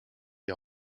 die